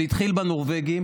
זה התחיל בנורבגים,